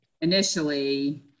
initially